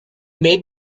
made